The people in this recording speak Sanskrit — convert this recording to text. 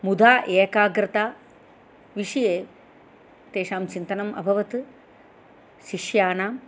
मुदा एकाग्रता विषये तेषां चिन्तनम् अभवत् शिष्यानां